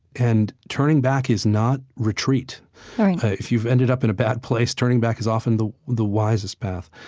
and turning back is not retreat right if you've ended up in a bad place, turning back is often the the wisest path.